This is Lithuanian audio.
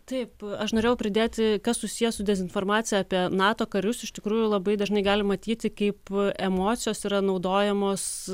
taip aš norėjau pridėti kas susiję su dezinformacija apie nato karius iš tikrųjų labai dažnai galim matyti kaip emocijos yra naudojamos